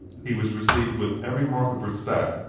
he was received with every mark of respect,